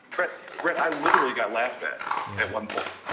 brett, brett, i literally got laughed at, yeah at one point,